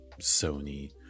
Sony